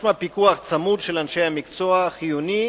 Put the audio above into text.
משמע, פיקוח צמוד של אנשי המקצוע חיוני.